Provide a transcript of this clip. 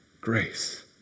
grace